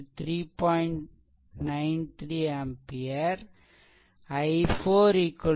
93 ampere i4 2